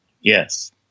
Yes